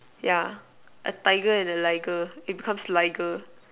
yeah a tiger and a liger it becomes liger